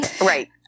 right